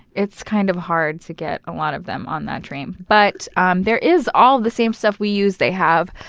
it's kind of hard to get a lot of them on that train, but um there is, all the same stuff we use, they have,